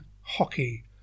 hockey